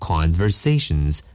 Conversations